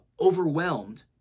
overwhelmed